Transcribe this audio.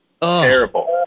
Terrible